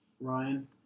Ryan